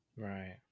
Right